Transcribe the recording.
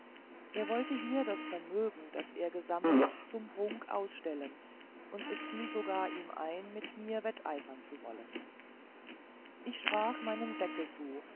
er wollte hier das vermögen das er gesammelt zum prunk ausstellen und es fiel sogar ihm ein mit mir wetteifern zu wollen ich sprach meinem säckel zu